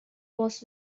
was